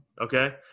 okay